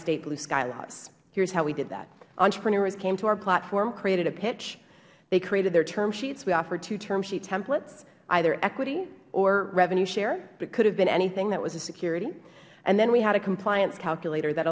statebystate blue sky laws here's how we did that entrepreneurs came to our platform created a pitch they created their term sheets we offered two term sheet templates either equity or revenue share it could have been anything that was a security and then we had a compliance calculator that